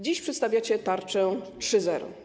Dziś przedstawiacie tarczę 3.0.